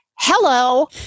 hello